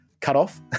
cutoff